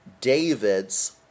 David's